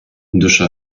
душа